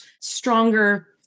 stronger